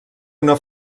una